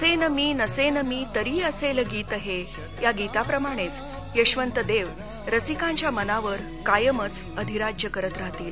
असेन मी नसेन मी तरी असेल गीत हे या गीताप्रमाणेच यशवंत देव हे रसिकांच्या मनावर कायमच अधिराज्य करत राहतील